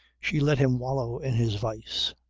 she let him wallow in his vice.